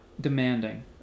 demanding